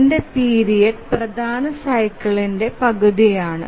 ഇതിന്റെ പീരിയഡ് പ്രധാന സൈക്കിളെന്ടെ പകുതിയാണ്